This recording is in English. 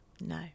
No